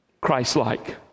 Christ-like